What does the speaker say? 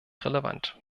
relevant